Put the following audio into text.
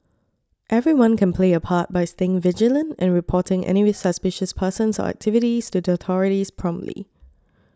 everyone can play a part by staying vigilant and reporting any suspicious persons or activities to the authorities promptly